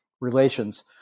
relations